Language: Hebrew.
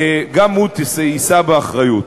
גם הוא יישא באחריות.